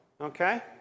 Okay